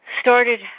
started